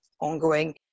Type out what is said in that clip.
ongoing